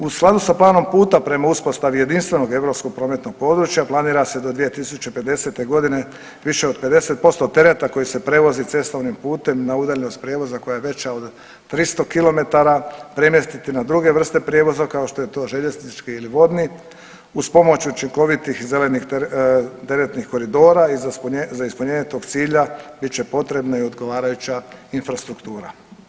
U skladu sa planom puta prema uspostavi jedinstvenog europskog prometnog područja planira se do 2050.g. više od 50% tereta koji se prevozi cestovnim putem na udaljenost prijelaza koja je veća od 300 km premjestiti na druge vrste prijevoza kao što je to željeznički ili vodni uz pomoć učinkovitih teretnih koridora i za ispunjenje tog cilja bit će potrebna i odgovarajuća infrastruktura.